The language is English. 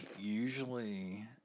usually